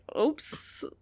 oops